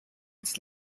als